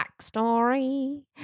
backstory